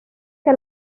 que